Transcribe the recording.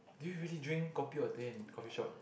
do you really drink kopi or teh in coffee shop